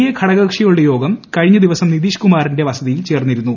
A ഘടകകക്ഷികളുടെ യോഗം കഴിഞ്ഞ ദിവസം നിതീഷ് കുമാറിന്റെ വസതിയിൽ ചേർന്നിരുന്നു